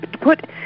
put